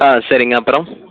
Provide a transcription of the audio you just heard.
ஆ சரிங்க அப்புறம்